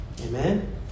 Amen